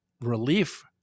relief